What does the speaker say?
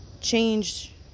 change